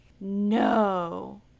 No